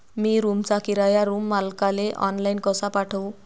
मी रूमचा किराया रूम मालकाले ऑनलाईन कसा पाठवू?